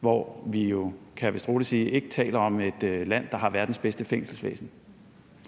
hvor vi jo, kan jeg vist roligt sige, ikke taler om et land, der har verdens bedste fængselsvæsen.